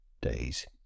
days